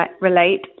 relate